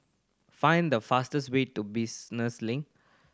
find the fastest way to Business Link